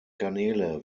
kanäle